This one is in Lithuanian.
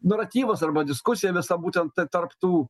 naratyvas arba diskusija visa būtent ta tarp tų